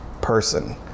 person